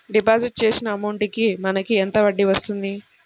Deposit చేసిన amount కి మనకి ఎంత వడ్డీ వస్తుంది?